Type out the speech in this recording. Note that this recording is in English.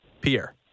Pierre